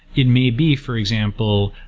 it may be, for example,